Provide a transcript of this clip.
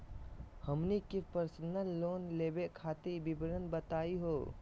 हमनी के personal loan लेवे खातीर विवरण बताही हो?